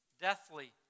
deathly